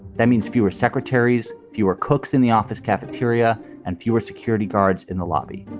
that means fewer secretaries, fewer cooks in the office cafeteria and fewer security guards in the lobby.